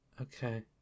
Okay